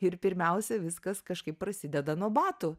ir pirmiausia viskas kažkaip prasideda nuo batų